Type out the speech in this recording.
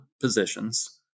positions